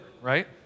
right